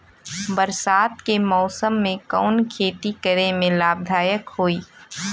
बरसात के मौसम में कवन खेती करे में लाभदायक होयी?